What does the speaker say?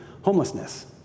homelessness